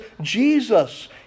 Jesus